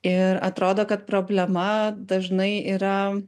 ir atrodo kad problema dažnai yra